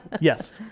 Yes